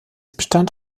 bestand